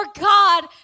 God